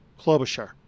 Klobuchar